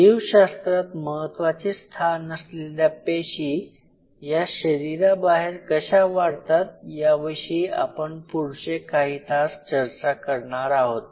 जीवशास्त्रात महत्वाचे स्थान असलेल्या पेशी या शरीराबाहेर कशा वाढतात याविषयी आपण पुढचे काही तास चर्चा करणार आहोत